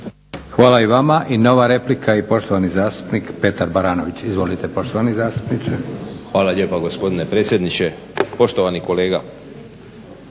Hvala i vama. I nova replika i poštovani zastupnik Petar Baranović. Izvolite poštovani zastupniče. **Baranović, Petar (HNS)** Hvala lijepa gospodine predsjedniče. Poštovani kolega